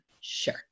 Sure